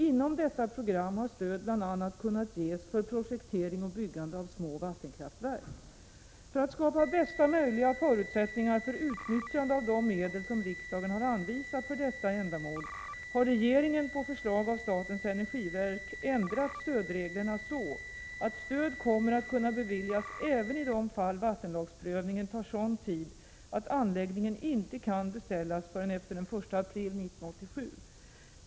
Inom detta program har stöd bl.a. kunnat ges för projektering och byggande av små vattenkraftverk. För att skapa bästa möjliga förutsättningar för utnyttjande av de medel som riksdagen har anvisat för detta ändamål har regeringen på förslag av statens energiverk ändrat stödreglerna så, att stöd kommer att kunna beviljas även i de fall vattenlagsprövningen tar sådan tid att anläggningen inte kan beställas förrän efter den 1 april 1987.